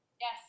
Yes